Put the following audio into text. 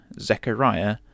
Zechariah